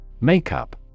Makeup